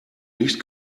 nicht